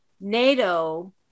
NATO